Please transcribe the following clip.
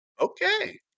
okay